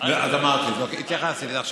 אז אמרתי את זה, התייחסתי לזה.